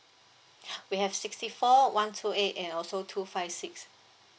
we have sixty four one two eight and also two five six